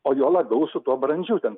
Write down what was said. o juo labiau su tuo brandžiu ten